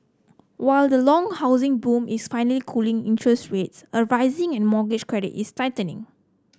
while the long housing boom is finally cooling interest rates are rising and mortgage credit is tightening